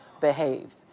behave